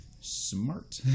smart